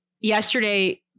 yesterday